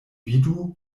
vidu